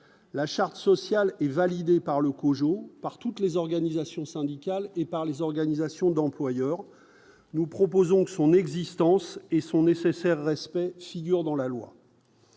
la charte sociale et validé par le COJO par toutes les organisations syndicales et par les organisations d'employeurs, nous proposons que son existence et son nécessaire respect figure dans la loi.